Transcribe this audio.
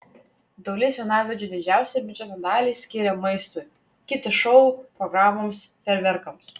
dalis jaunavedžių didžiausią biudžeto dalį skiria maistui kiti šou programoms fejerverkams